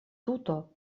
tuto